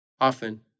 often